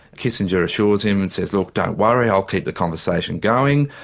kissinger assures him and says, look, don't worry, i'll keep the conversation going,